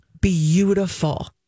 beautiful